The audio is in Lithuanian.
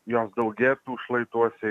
jos daugėtų šlaituose